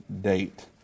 date